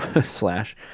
Slash